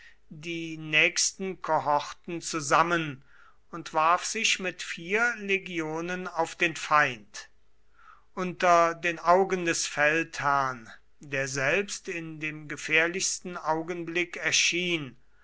die nächsten kohorten zusammen und warf sich mit vier legionen auf den feind unter den augen des feldherrn der selbst in dem gefährlichsten augenblick erschien